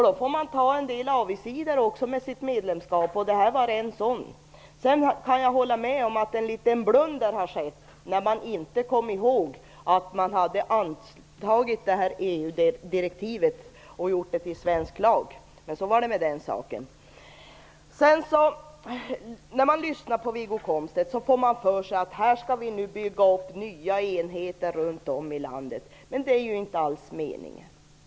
Då får man också ta en del avigsidor med medlemskapet. Det här är en sådan. Men jag kan hålla med om att det var en liten blunder att man inte kom ihåg att man hade antagit det här EU-direktivet och gjort det till svensk lag. - Men så var det med den saken. När man lyssnar på Wiggo Komstedt kan man tro att vi nu skall bygga upp nya enheter runt om i landet, men det är ju inte alls meningen.